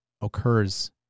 occurs